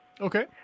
Okay